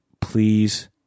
please